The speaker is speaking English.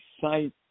Site